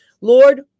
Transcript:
Lord